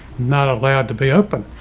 not allowed to be open